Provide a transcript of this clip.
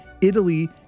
Italy